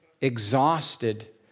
exhausted